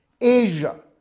Asia